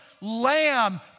lamb